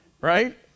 right